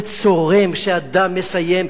זה צורם שאדם מסיים,